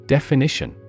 Definition